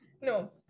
no